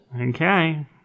Okay